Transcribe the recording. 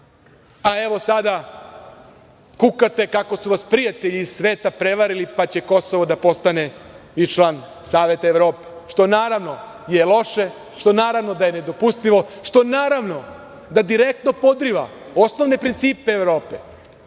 a evo sada kukate kako su vas prijatelji iz sveta prevarili, pa će Kosovo da postane i član Saveta Evrope, što naravno je loše, što naravno da je nedopustivo, što naravno da direktno podriva osnovne principe Evrope,